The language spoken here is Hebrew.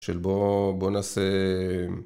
של בוא, בוא נעשה